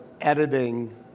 editing